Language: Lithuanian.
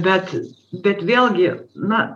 bet bet vėlgi na